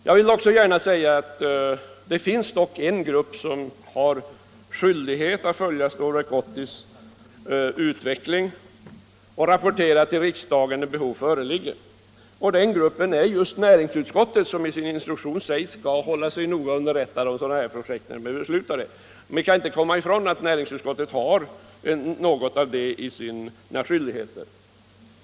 Jag vill också gärna säga att det dock finns en grupp som har skyldighet att följa Stålverk 80:s utveckling och rapportera till riksdagen när behov av rapportering föreligger. Den gruppen är just näringsutskottet, som enligt sin instruktion skall hålla sig noga underrättat om sådana projekt när de väl blivit beslutade. Vi kan inte komma ifrån att något av detta ingår i näringsutskottets skyldigheter.